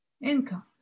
income